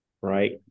Right